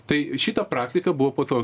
tai šita praktika buvo po to